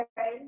Okay